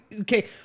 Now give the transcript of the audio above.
okay